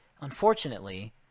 unfortunately